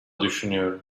düşünüyorum